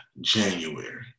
January